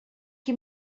qui